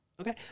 okay